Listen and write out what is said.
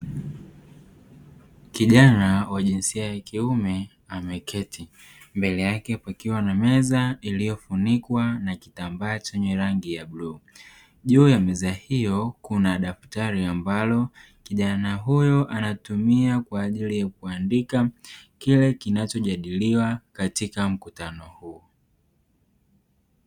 Kijana wa jinsia ya kiume ameketi mbele yake kukiwa na meza iliyofunikwa na kitambaa chenye rangi ya bluu, juu ya meza hiyo kuna daftari ambalo kijana huyo anatumia kwa ajili ya kuandika kile kinachojadiliwa katika mkutano huo.